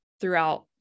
throughout